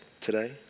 today